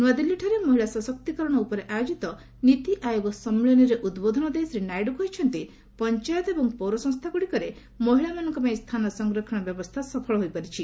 ନୂଆଦିଲ୍ଲୀଠାରେ ମହିଳା ସଶକ୍ତିକରଣ ଉପରେ ଆୟୋଜିତ ନୀତି ଆୟୋଗ ସମ୍ମିଳନୀରେ ଉଦ୍ବୋଧନ ଦେଇ ଶ୍ରୀ ନାଇଡୁ କହିଛନ୍ତି ପଞ୍ଚାୟତ ଏବଂ ପୌର ସଂସ୍ଥାଗୁଡ଼ିକରେ ମହିଳାମାନଙ୍କ ପାଇଁ ସ୍ଥାନ ସଂରକ୍ଷଣ ବ୍ୟବସ୍ଥା ସଫଳ ହୋଇପାରିଛି